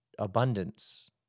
Abundance